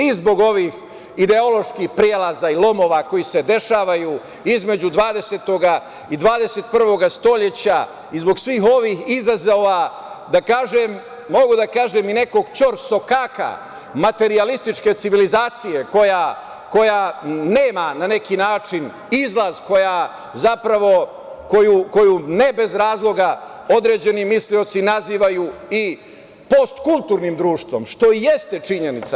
I zbog ovih ideoloških prelaza i lomova koji se dešavaju između 20. i 21. veka i zbog svih ovih izazova, a mogu da kažem i nekog ćorsokaka materijalističke civilizacije koja nema na neki način izlaz, koju ne bez razloga određeni mislioci nazivaju i postkulturnim društvom, što i jeste činjenica.